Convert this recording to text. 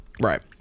Right